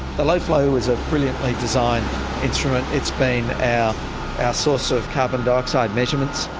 the loflo is a brilliantly designed instrument. it's been our source of carbon dioxide measurements.